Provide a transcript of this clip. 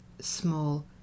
small